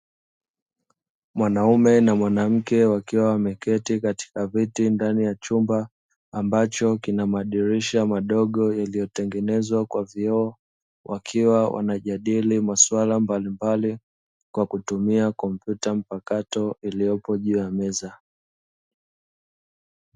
Mwanaume na mwanamke wakiwa wameketi katika viti ndani ya chumba, ambacho kina madirisha madogo yaliyotengenezwa kwa vioo. Wakiwa wanajadili pale kwa kutumia kompyuta mpakato iliyopo juu ya meza.